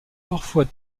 parfois